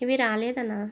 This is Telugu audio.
ఇవి రాలేదన్నా